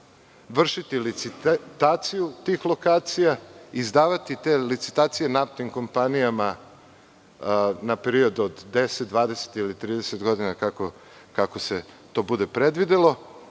vršiti licitaciju tih lokacija, izdavati te licitacije naftnim kompanijama na period od 10, 20 ili 30 godina, kako se to bude predvidelo,